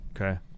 Okay